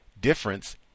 difference